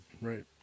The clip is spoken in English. right